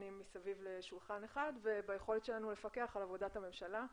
מסביב לשולחן אחד וביכולת שלנו לפקח על עבודת הממשלה.